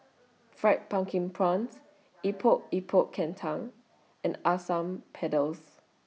Fried Pumpkin Prawns Epok Epok Kentang and Asam Pedas